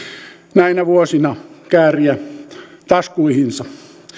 näinä vuosina kääriä taskuihinsa